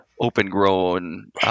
open-grown